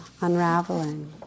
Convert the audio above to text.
unraveling